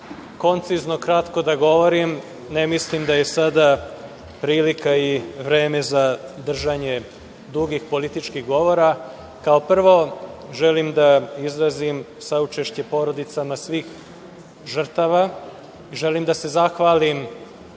koncizno, kratko da govorim, ne mislim da je sada prilika i vreme za držanje dugih političkih govora. Kao prvo, želim da izrazim saučešće porodicama svih žrtava. Želim i da se zahvalim,